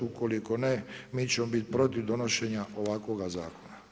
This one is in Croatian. Ukoliko ne, mi ćemo biti protiv donošenja ovakvoga Zakona.